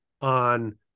on